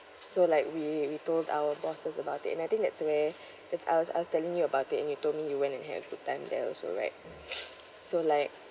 so like we we told our bosses about it and I think that's where that's I was I was telling you about it and you told me you went and have good time there also right so like